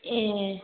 ए